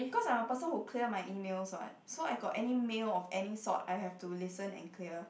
cause I'm person who clear my emails what so I got any mail of any sort I have to listen and clear